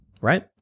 right